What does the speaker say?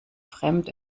fremd